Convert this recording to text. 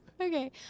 Okay